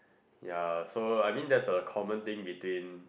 ya so I mean that's a common thing between